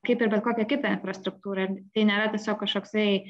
kaip ir bet kokią kitą infrastruktūrą tai nėra tiesiog kažkoksai